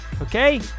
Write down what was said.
Okay